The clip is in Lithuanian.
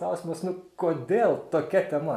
klausimas nu kodėl tokia tema